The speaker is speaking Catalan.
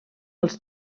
els